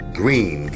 green